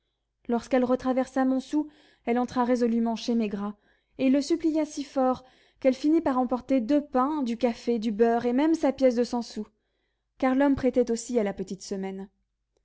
lorsqu'elle retraversa montsou elle entra résolument chez maigrat et le supplia si fort qu'elle finit par emporter deux pains du café du beurre et même sa pièce de cent sous car l'homme prêtait aussi à la petite semaine